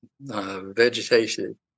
Vegetation